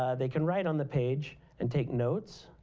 ah they can write on the page and take notes.